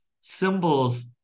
symbols